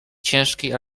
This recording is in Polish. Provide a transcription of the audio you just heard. ciężkiej